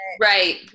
right